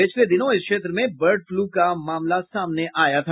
पिछले दिनों इस क्षेत्र में बर्ड फ्लू का मामला सामने आया था